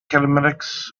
kinematics